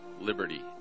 liberty